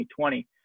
2020